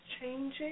changing